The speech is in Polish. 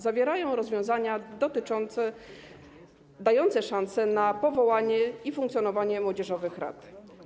Zawierają rozwiązania dające szansę na powołanie i funkcjonowanie młodzieżowych rad.